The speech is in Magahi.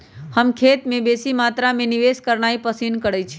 हम खेत में बेशी मत्रा में निवेश करनाइ पसिन करइछी